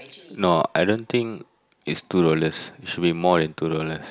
no I don't think is two dollars it should be more than two dollar